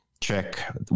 check